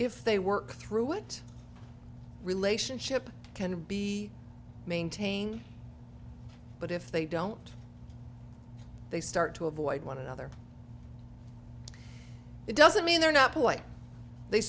if they work through it relationship can be maintained but if they don't they start to avoid one another it doesn't mean they're not polite they